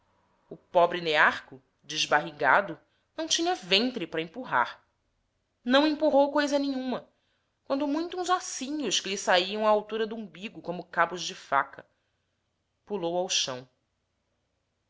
o pobre nearco desbarrigado não tinha ventre para empurrar não empurrou coisa nenhuma quando muito uns ossinhos que lhe saíam à altura do umbigo como cabos de faca pulou ao chão